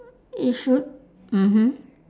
it should mmhmm